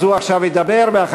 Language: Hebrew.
אז הוא ידבר עכשיו,